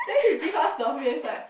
then he give us the face like